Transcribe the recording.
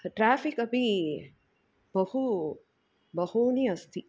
traffic अपि बहु बहूनि अस्ति